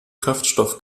kraftstoff